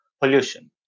pollution